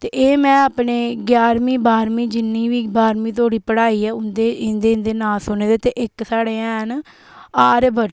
ते एह् मैं अपनी ग्यारह्मी बाह्रमी जिन्नी बी बाह्रमी धोड़ी पढ़ाई ऐ उं'दे इं'दे इं'दे नांऽ सुने दे ते इक स्हाड़े हैन आर्यबट्ट